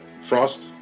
frost